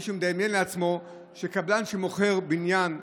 האם מישהו מדמיין לעצמו שקבלן שמוכר בניין,